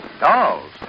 Dolls